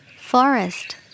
Forest